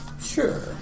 Sure